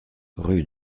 rue